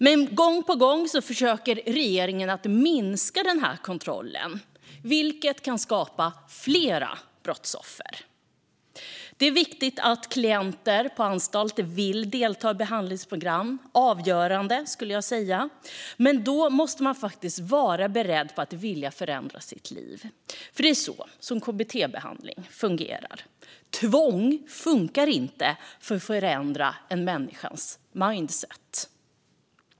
Men gång på gång försöker regeringen minska denna kontroll, vilket kan skapa fler brottsoffer. Det är viktigt att klienter på anstalt vill delta i behandlingsprogram - avgörande, skulle jag säga. Men då måste man faktiskt vara beredd att, och vilja, förändra sitt liv. Det är nämligen så kbt-behandling fungerar: Tvång funkar inte för att förändra en människas mindset.